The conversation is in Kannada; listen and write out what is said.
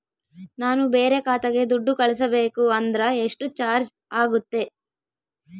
ನಾನು ಬೇರೆ ಖಾತೆಗೆ ದುಡ್ಡು ಕಳಿಸಬೇಕು ಅಂದ್ರ ಎಷ್ಟು ಚಾರ್ಜ್ ಆಗುತ್ತೆ?